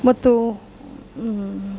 ಮತ್ತು